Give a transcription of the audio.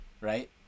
right